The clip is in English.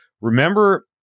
Remember